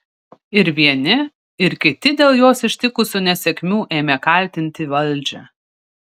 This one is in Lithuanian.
ir vieni ir kiti dėl juos ištikusių nesėkmių ėmė kaltinti valdžią